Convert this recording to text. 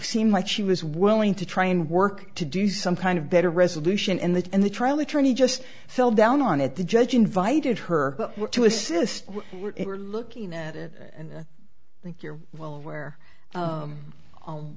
seemed like she was willing to try and work to do some kind of better resolution in the in the trial attorney just fell down on it the judge invited her to assist we're looking at it and i think you're well aware